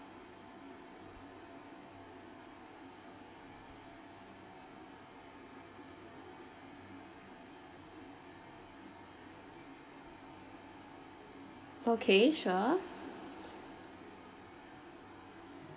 okay sure